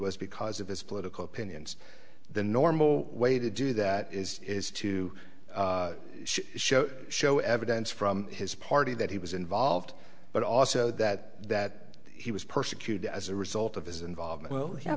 was because of his political opinions the normal way to do that is is to show show evidence from his party that he was involved but also that that he was persecuted as a result of his involvement well